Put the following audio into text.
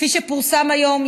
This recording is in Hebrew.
כפי שפורסם היום,